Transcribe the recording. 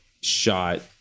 shot